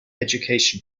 education